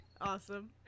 Awesome